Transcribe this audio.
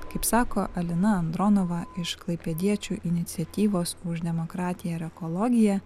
kaip sako alina andronova iš klaipėdiečių iniciatyvos už demokratiją ir ekologiją